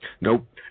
Nope